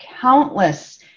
countless